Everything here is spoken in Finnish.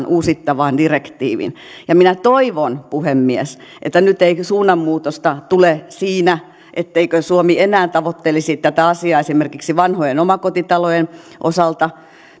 uusittavaan direktiiviin minä toivon puhemies että nyt ei suunnanmuutosta tule siinä etteikö suomi enää tavoittelisi tätä asiaa esimerkiksi vanhojen omakotitalojen osalta